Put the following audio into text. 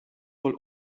wohl